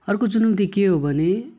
अर्को चुनौती के हो भने